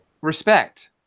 Respect